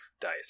dice